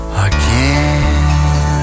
again